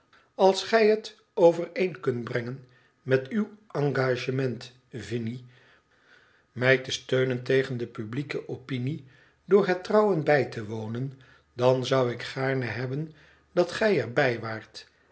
als gij het overeen kunt brengen met uw engagement vinie mij te steunen tegen de publieke opinie door het trouwen bij te wonen dan zou ik gaarne hebben dat gij er bij waart